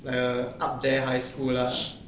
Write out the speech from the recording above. like err up there high school lah